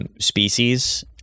species